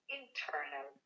internal